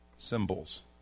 symbols